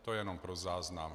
To jenom pro záznam.